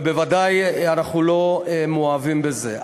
ובוודאי אנחנו לא מאוהבים בזה.